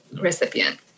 recipient